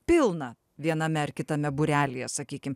pilna viename ar kitame būrelyje sakykim